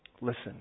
Listen